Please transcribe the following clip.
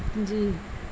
جی